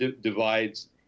divides